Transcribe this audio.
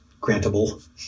grantable